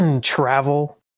travel